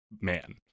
man